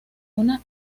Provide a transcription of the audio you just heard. una